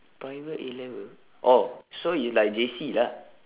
private A-level oh so it's like J_C lah